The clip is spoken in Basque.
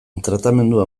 tratamendua